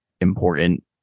important